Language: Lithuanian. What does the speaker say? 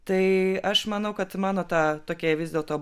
tai aš manau kad mano ta tokia vis dėlto